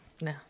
No